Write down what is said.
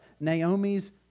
Naomi's